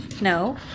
No